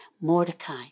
Mordecai